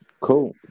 cool